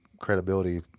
credibility